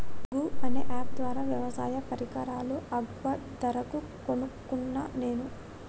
గూ అనే అప్ ద్వారా వ్యవసాయ పరికరాలు అగ్వ ధరకు కొనుకున్న నేను